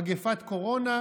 מגפת קורונה,